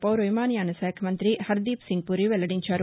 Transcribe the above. పౌర విమానయాన శాఖ మంతి హర్దీప్సింగ్పురి వెల్లడించారు